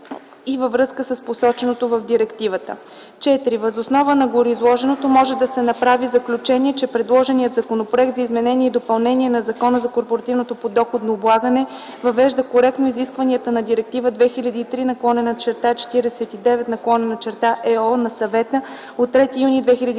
и във връзка с посоченото в Директивата. IV. Въз основа на гореизложеното може да се направи заключение, че предложеният Законопроект за изменение и допълнение на Закона за корпоративното подоходно облагане въвежда коректно изискванията на Директива 2003/49/ЕО на Съвета от 3 юни 2003